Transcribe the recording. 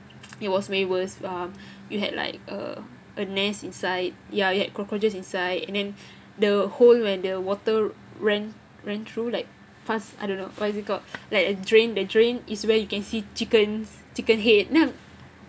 it was way worse uh you had like a a nest inside ya it had cockroaches inside and then the hole when water ran ran through like fast I don't know what is it call like a drain the drain is where you can see chickens chicken head know